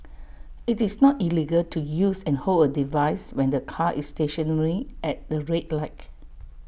IT is not illegal to use and hold A device when the car is stationary at the red light